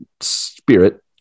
spirit